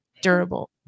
durable